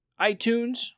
iTunes